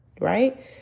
Right